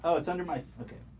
ah it's under my okay?